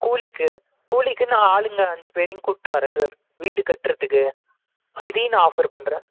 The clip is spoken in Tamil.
கூலிக்கு கூலிக்கு நான் ஆளுங்க அஞ்சு பேரையும் கூட்டிகிட்டு வர்றேன் சார் வீடு கட்டுறதுக்கு இதையும் நான் ஆஃபர் பண்ணுறேன்